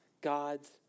God's